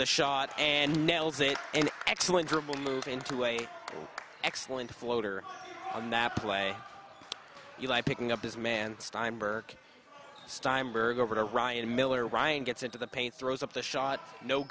the shot and nails it and excellent dribble move into a excellent floater a map play picking up his man steinberg steinberg over to ryan miller ryan gets into the paint throws up the shot no